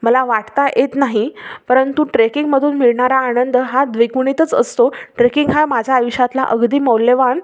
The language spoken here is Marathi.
मला वाटता येत नाही परंतु ट्रेकिंगमधून मिळणारा आनंद हा द्विगुणितच असतो ट्रेकिंग हा माझ्या आयुष्यातला अगदी मौल्यवान